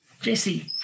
Jesse